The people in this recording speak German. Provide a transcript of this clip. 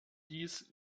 dies